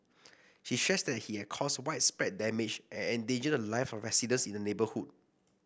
she stressed that he had caused widespread damage and endangered the live of residents in the neighbourhood